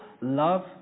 love